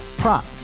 Prop